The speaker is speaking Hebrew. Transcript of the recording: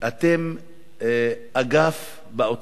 אתם אגף באוצר,